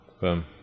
Boom